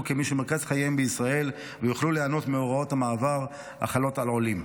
כמי שמרכז חייהם בישראל ויוכלו ליהנות מהוראות המעבר החלות על עולים.